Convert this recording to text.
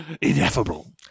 Ineffable